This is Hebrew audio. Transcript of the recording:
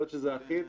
לוודא שזה אחיד.